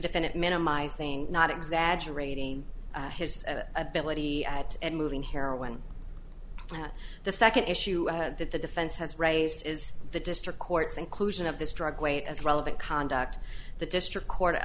defendant minimizing not exaggerating his ability and moving heroin and the second issue that the defense has raised is the district court's inclusion of this drug weight as relevant conduct the district